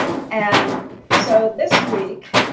and so, this week,